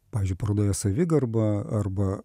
pavyzdžiui parodoje savigarba arba